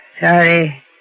Sorry